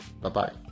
bye-bye